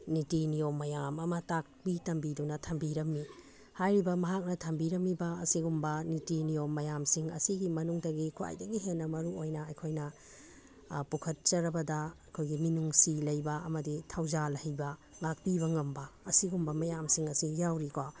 ꯅꯤꯇꯤ ꯅꯤꯌꯣꯝ ꯃꯌꯥꯝ ꯑꯃ ꯇꯥꯛꯄꯤ ꯇꯝꯕꯤꯗꯨꯅ ꯊꯝꯕꯤꯔꯝꯃꯤ ꯍꯥꯏꯔꯤꯕ ꯃꯍꯥꯛꯅ ꯊꯝꯕꯤꯔꯝꯃꯤꯕ ꯑꯁꯤꯒꯨꯝꯕ ꯅꯤꯇꯤ ꯅꯤꯌꯣꯝ ꯃꯌꯥꯝꯁꯤꯡ ꯑꯁꯤꯒꯤ ꯃꯅꯨꯡꯗꯒꯤ ꯈ꯭ꯋꯥꯏꯗꯒꯤ ꯍꯦꯟꯅ ꯃꯔꯨ ꯑꯣꯏꯅ ꯑꯩꯈꯣꯏꯅ ꯄꯨꯈꯠꯆꯔꯕꯗ ꯑꯩꯈꯣꯏꯒꯤ ꯃꯤꯅꯨꯡꯁꯤ ꯂꯩꯕ ꯑꯃꯗꯤ ꯊꯧꯖꯥꯜ ꯍꯩꯕ ꯉꯥꯛꯄꯤꯕ ꯉꯝꯕ ꯑꯁꯤꯒꯨꯝꯕ ꯃꯌꯥꯝꯁꯤꯡ ꯑꯁꯤ ꯌꯥꯎꯔꯤ ꯀꯣ